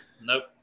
Nope